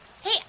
Hey